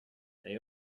they